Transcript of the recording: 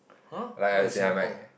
!huh! not in Singapore